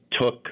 took